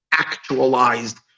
Actualized